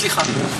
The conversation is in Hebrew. סליחה.